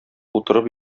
утырып